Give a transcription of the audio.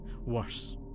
Worse